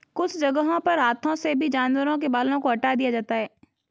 कुछ जगहों पर हाथों से भी जानवरों के बालों को हटा दिया जाता है